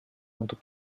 untuk